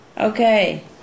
Okay